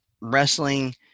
Wrestling